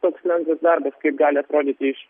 toks lengvas darbas kaip gali atrodyti iš